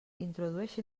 introdueixi